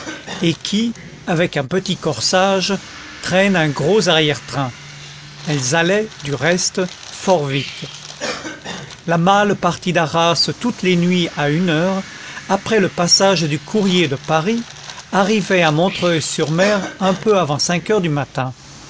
et qui avec un petit corsage traînent un gros arrière train elles allaient du reste fort vite la malle partie d'arras toutes les nuits à une heure après le passage du courrier de paris arrivait à montreuil sur mer un peu avant cinq heures du matin